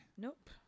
Nope